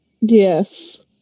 Yes